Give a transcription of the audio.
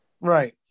Right